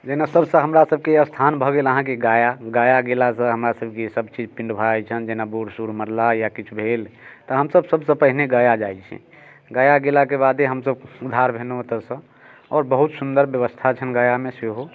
जेना सभसँ हमरा सभके स्थान भऽ गेल अहाँके गया गया गेलासँ हमरा सभके सभ चीज पिण्ड भऽ जाइ छनि जहिना बूढ़ सूढ़ मरलै या किछु भेल तऽ हमसभ सभसँ पहिने गया जाइ छी गया गेलाके बादे हमसभ उद्धार भेनौ ओतऽसँ आओर बहुत सुन्दर व्यवस्था छनि गयामे सेहो